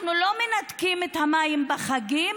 אנחנו לא מנתקים את המים בחגים